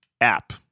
app